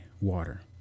water